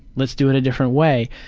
let's do it a different way.